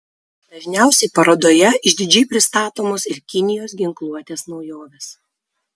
dažniausiai parodoje išdidžiai pristatomos ir kinijos ginkluotės naujovės